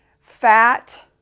fat